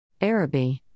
Araby